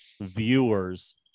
viewers